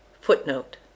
footnote